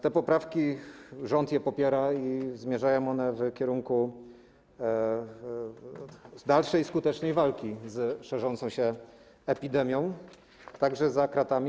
Te poprawki rząd popiera i zmierzają one w kierunku dalszej, skutecznej walki z szerzącą się epidemią, także za kratami.